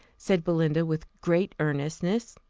said belinda, with great earnestness.